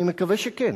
אני מקווה שכן,